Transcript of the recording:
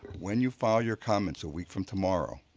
when you file your comments a week from tomorrow,